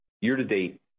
Year-to-date